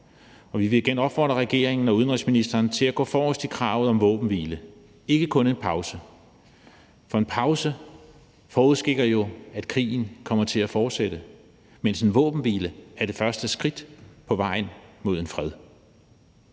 og vi vil igen opfordre regeringen og udenrigsministeren til at gå forrest i kravet om våbenhvile, ikke kun en pause, for en pause forudskikker jo, at krigen kommer til at fortsætte, mens en våbenhvile er det første skridt på vejen mod en fred.